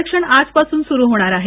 आरक्षण आजपासूनच सूरू होणार आहे